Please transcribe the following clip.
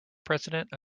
president